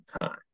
time